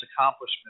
accomplishment